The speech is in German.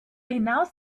hinaus